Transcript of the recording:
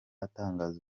atangaza